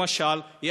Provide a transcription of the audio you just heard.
למשל,